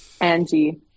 Angie